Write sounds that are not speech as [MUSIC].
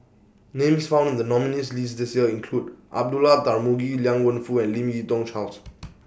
Names found in The nominees' list This Year include Abdullah Tarmugi Liang Wenfu and Lim Yi Yong Charles [NOISE]